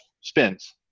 spins